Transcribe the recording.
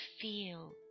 feel